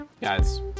guys